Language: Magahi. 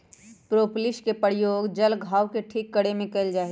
प्रोपोलिस के प्रयोग जल्ल घाव के ठीक करे में कइल जाहई